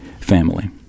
Family